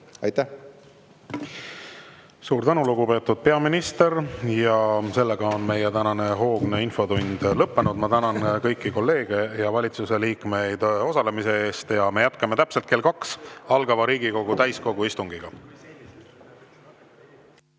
teeme. Suur tänu, lugupeetud peaminister! Meie tänane hoogne infotund on lõppenud. Ma tänan kõiki kolleege ja valitsuse liikmeid osalemise eest! Me jätkame täpselt kell 14 algava Riigikogu täiskogu istungiga.